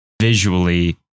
visually